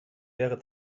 wäre